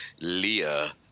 Leah